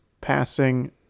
passing